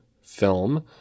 film